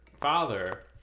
father